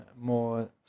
more